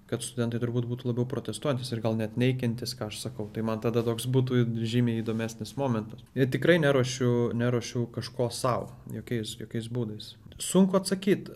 kad studentai turbūt būtų labiau protestuojantys ir gal net neikiantys ką aš sakau tai man tada toks būtų žymiai įdomesnis momentas ir tikrai neruošiu neruošiau kažko sau jokiais jokiais būdais sunku atsakyt